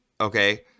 okay